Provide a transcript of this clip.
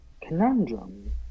conundrum